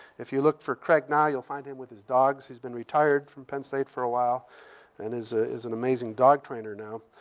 if you look for craig now, you'll find him with his dogs. he's been retired from penn state for a while and is ah is an amazing dog trainer now.